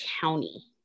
county